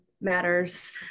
matters